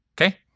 Okay